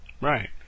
Right